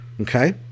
Okay